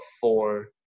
four